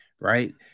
Right